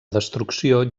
destrucció